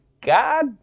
God